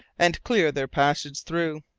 and clear their passage through.